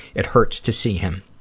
it hurts to see him.